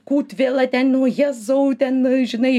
kūtvėla ten o jėzau ten žinai